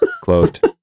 clothed